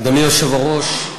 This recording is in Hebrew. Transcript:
אדוני היושב-ראש,